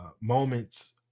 moments